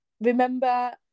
remember